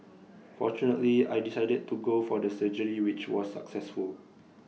fortunately I decided to go for the surgery which was successful